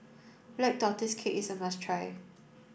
black tortoise cake is a must try